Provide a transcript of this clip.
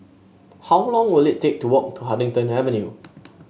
how long will it take to walk to Huddington Avenue